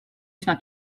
üsna